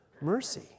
mercy